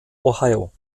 ohio